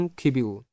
kibiu